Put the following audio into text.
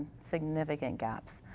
significant gap.